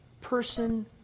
person